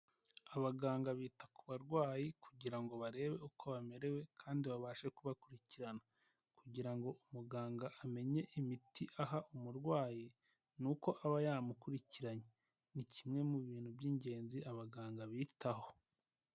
Abaganga bita ku barwayi kugira ngo barebe uko bamerewe kandi babashe kubakurikirana, kugira ngo umuganga amenye imiti aha umurwayi ni uko aba yamukurikiranye, ni kimwe mu bintu by'ingenzi abaganga bitaho.